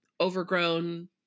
overgrown